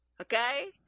Okay